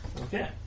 Okay